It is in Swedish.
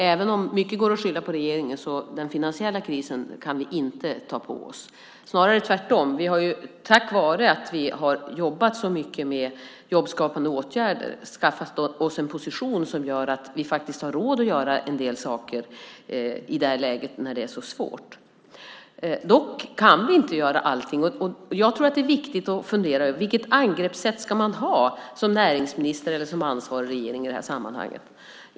Även om mycket går att skylla på regeringen kan vi inte ta på oss skulden för den finansiella krisen, snarare tvärtom. Tack vare att vi har jobbat så mycket med jobbskapande åtgärder har vi skaffat oss en position som gör att vi faktiskt har råd att göra en del saker i detta läge när det är så svårt. Dock kan vi inte göra allting. Jag tror att det är viktigt att fundera över vilket angreppssätt som man ska ha som näringsminister eller som ansvarig regering i detta sammanhang.